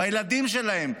והילדים שלהם,